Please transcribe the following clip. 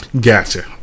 Gotcha